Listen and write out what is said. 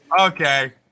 Okay